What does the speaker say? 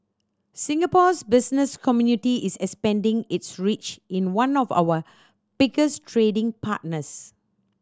Singapore's business community is expanding its reach in one of our biggest trading partners